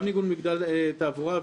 גם ניהול מגדל תעבורה.